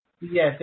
Yes